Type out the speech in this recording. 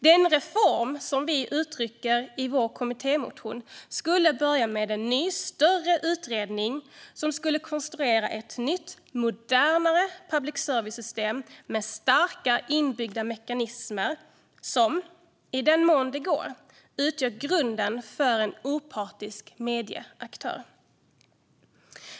Den reform som vi beskriver i vår kommittémotion skulle börja med en ny, större utredning som skulle konstruera ett nytt, modernare public service-system, med starka inbyggda mekanismer som, i den mån det går, utgör grunden för en opartisk medieaktör.